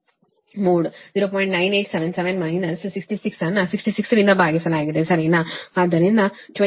9877 minus 66 ಅನ್ನು 66 ರಿಂದ ಭಾಗಿಸಲಾಗಿದೆ ಸರಿನಾ ಆದ್ದರಿಂದ 25